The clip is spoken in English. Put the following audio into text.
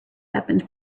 weapons